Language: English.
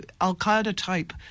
Al-Qaeda-type